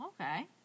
okay